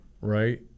right